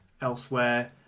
elsewhere